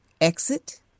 exit